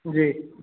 जी